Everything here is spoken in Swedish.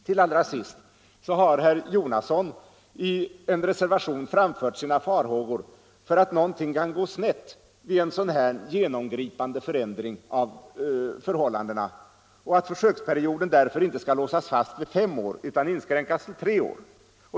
Till allra sist: Herr Jonasson har i en reservation framfört sina farhågor för att något kan gå snett vid en sådan här genomgripande förändring i förhållandena och att försöksperioden därför inte skall låsas fast vid fem år utan inskränkas till tre år.